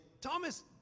Thomas